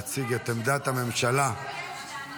להציג את עמדת הממשלה ביחס